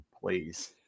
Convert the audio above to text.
please